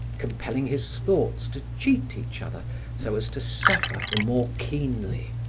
compelling his thoughts to cheat each other so as to suffer the more keenly,